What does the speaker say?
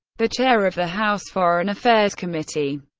the chair of the house foreign affairs committee.